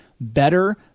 better